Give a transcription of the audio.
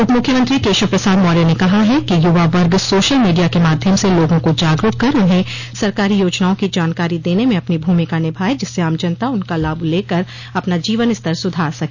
उप मुख्यमंत्री केशव प्रसाद मौर्य ने कहा है कि युवा वर्ग सोशल मीडिया के माध्यम से लोगों को जागरूक कर उन्हें सरकारी योजनाओं की जानकारी देने में अपनी भूमिका निभाये जिससे आम जनता उनका लाभ लेकर अपना जीवन स्तर सुधार सके